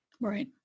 Right